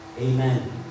Amen